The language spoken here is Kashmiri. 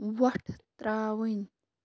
وۄٹھ ترٛاوٕنۍ